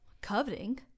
coveting